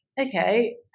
okay